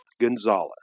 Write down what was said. Gonzalez